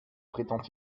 prétend